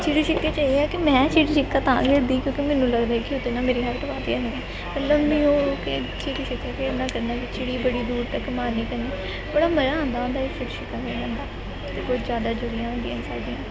ਚਿੜੀ ਛਿੱਕੇ 'ਚ ਇਹ ਆ ਕਿ ਮੈਂ ਚਿੜੀ ਛਿੱਕਾ ਤਾਂ ਖੇਡਦੀ ਕਿਉਂਕਿ ਮੈਨੂੰ ਲੱਗਦਾ ਕਿ ਉਹਦੇ ਨਾਲ ਮੇਰੀ ਹਾਈਟ ਵੱਧ ਜਾਣੀ ਆ ਲੰਮੀ ਹੋ ਹੋ ਕੇ ਚਿੜੀ ਛਿੱਕਾ ਖੇਡਣਾ ਚਿੜੀ ਬੜੀ ਦੂਰ ਤੱਕ ਮਾਰਨੀ ਪੈਂਦੀ ਬੜਾ ਮਜ਼ਾ ਆਉਂਦਾ ਹੁੰਦਾ ਸੀ ਇਹ ਚਿੜੀ ਛਿੱਕਾ ਖੇਡਣ ਦਾ ਅਤੇ ਕੁਝ ਯਾਦਾਂ ਜੁੜੀਆਂ ਹੁੰਦੀਆਂ ਸਾਡੀਆਂ